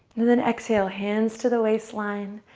and then exhale, hands to the waistline.